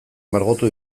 margotu